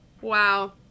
wow